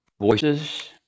Voices